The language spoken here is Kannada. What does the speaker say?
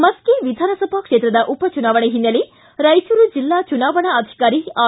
ಮಸ್ಕಿ ವಿಧಾನಸಭಾ ಕ್ಷೇತ್ರದ ಉಪ ಚುನಾವಣೆ ಹಿನ್ನೆಲೆ ರಾಯಚೂರು ಜಿಲ್ಲಾ ಚುನಾವಣಾ ಅಧಿಕಾರಿ ಆರ್